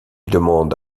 demande